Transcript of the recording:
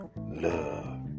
love